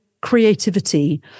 creativity